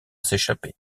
s’échapper